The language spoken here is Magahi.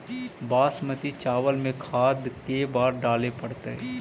बासमती चावल में खाद के बार डाले पड़तै?